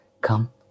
come